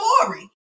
story